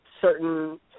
certain